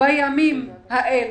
בימים האלה,